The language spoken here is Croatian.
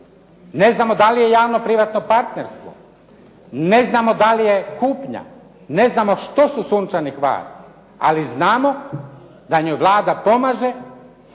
ne znamo da li je javno-privatno partnerstvo, ne znamo da li je kupnja, ne znamo što su Sunčani Hvar, ali znamo da nju Vlada pomaže